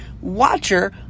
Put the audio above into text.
watcher